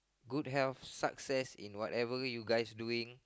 good health success in whatever you guys doing